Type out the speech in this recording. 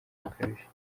bukabije